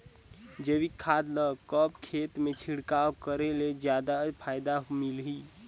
जैविक खाद ल कब खेत मे छिड़काव करे ले जादा फायदा मिलही?